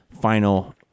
final